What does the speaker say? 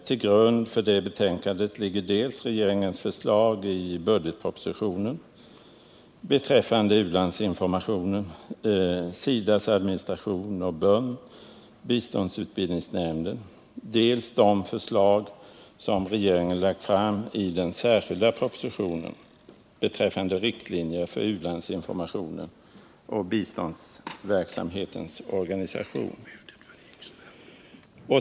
Till grund för det betänkandet ligger dels regeringens förslag i budgetpropositionen beträffande u-landsinformation, SIDA:s administration och biståndsutbildningsnämnden, dels det förslag som regeringen lagt fram i den särskilda propositionen beträffande riktlinjer för u-landsinformation och biståndsverksamhetens organisation.